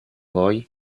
voi